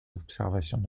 observations